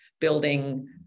building